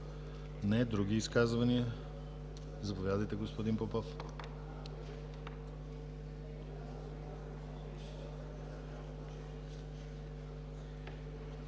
Не. Други изказвания? Заповядайте, господин Попов.